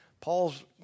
Paul's